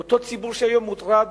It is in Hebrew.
אותו ציבור שהיה מוטרד